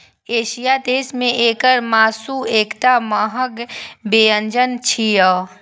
एशियाई देश मे एकर मासु एकटा महग व्यंजन छियै